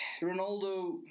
Ronaldo